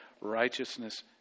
righteousness